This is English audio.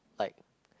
like